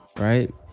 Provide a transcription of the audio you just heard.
Right